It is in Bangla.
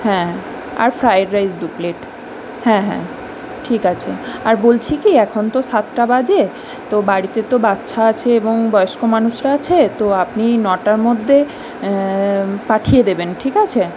হ্যাঁ আর ফ্রায়েড রাইস দু প্লেট হ্যাঁ হ্যাঁ ঠিক আছে আর বলছি কী এখন তো সাতটা বাজে তো বাড়িতে তো বাচ্চা আছে এবং বয়স্ক মানুষরা আছে তো আপনি নটার মধ্যে পাঠিয়ে দেবেন ঠিক আছে